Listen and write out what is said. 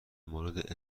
مورد